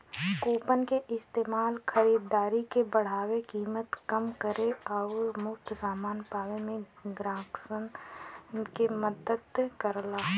coupon क इस्तेमाल खरीदारी के बढ़ावे, कीमत कम करे आउर मुफ्त समान पावे में ग्राहकन क मदद करला